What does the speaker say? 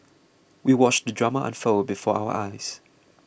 we watched the drama unfold before our eyes